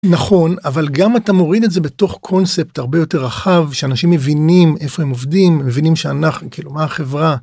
נכון אבל גם אתה מוריד את זה בתוך קונספט הרבה יותר רחב שאנשים מבינים איפה הם עובדים מבינים שאנחנו כאילו מה החברה.